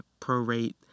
prorate